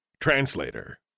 translator